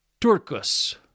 turkus